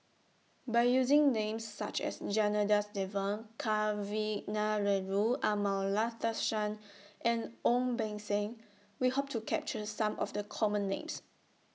By using Names such as Janadas Devan Kavignareru Amallathasan and Ong Beng Seng We Hope to capture Some of The Common Names